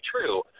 true